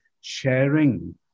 sharing